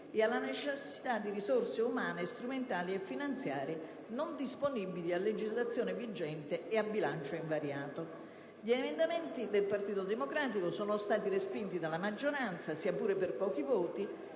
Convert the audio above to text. e alla necessità di risorse umane, strumentali e finanziarie non disponibili a legislazione vigente e a bilancio invariato. Gli emendamenti del Partito Democratico sono stati respinti dalla maggioranza (sia pure per pochi voti)